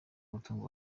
umutungo